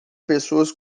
pessoas